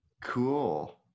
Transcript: Cool